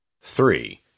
Three